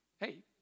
Hey